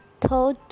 third